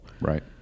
Right